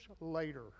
later